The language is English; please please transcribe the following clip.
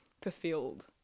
fulfilled